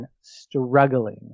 struggling